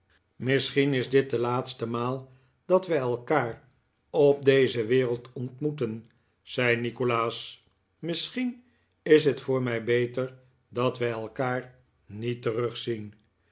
misschien is dit de laatste maal dat wij elkaar op deze wereld ontmoeten zei nikolaas misschien is het voor mij beter dat wij elkaar niet terugzien